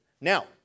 Now